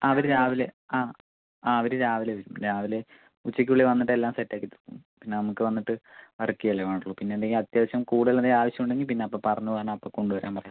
അവര് രാവിലെ ആ അവര് രാവിലെ വരും രാവിലെ ഉച്ചയ്ക്ക് ഉള്ളിൽ വന്നിട്ട് എല്ലാം സെറ്റ് ആക്കിത്തരും പിന്നെ നമുക്ക് വന്നിട്ട് ഒരുക്ക അല്ലേ വേണ്ടുള്ളൂ പിന്നെ എന്ത് ചെയ്യാ അത്യാവശ്യം കൂടുതൽ ആവശ്യം ഉണ്ടെങ്കിൽ പിന്നെ അപ്പോൾ പറഞ്ഞു പറഞ്ഞാൽ അപ്പോൾ കൊണ്ട് വരാൻ പറയുക